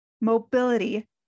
Mobility